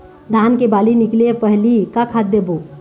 धान के बाली निकले पहली का खाद देबो?